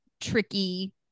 tricky